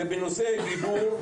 זה היה בנושא גידור,